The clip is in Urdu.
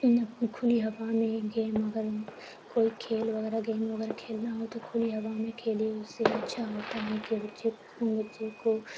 کھلی ہوا میں گیم اگر کوئی کھیل وغیرہ گیم وغیرہ کھیلنا ہو تو کھلی ہوا میں کھیلے اس سے اچھا ہوتا ہے کہ بچے کو بچے کو